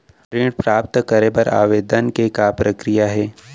ऋण प्राप्त करे बर आवेदन के का प्रक्रिया हे?